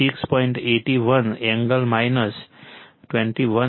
81 angle 21